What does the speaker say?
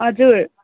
हजुर